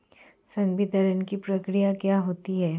संवितरण की प्रक्रिया क्या होती है?